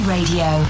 Radio